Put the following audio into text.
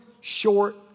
short